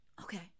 Okay